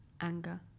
Anger